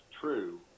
true